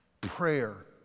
Prayer